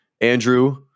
andrew